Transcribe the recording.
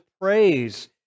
praise